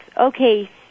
Okay